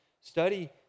study